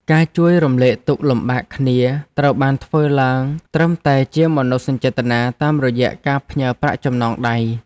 ការជួយរំលែកទុក្ខលំបាកគ្នាត្រូវបានធ្វើឡើងត្រឹមតែជាមនោសញ្ចេតនាតាមរយៈការផ្ញើប្រាក់ចំណងដៃ។